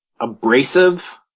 abrasive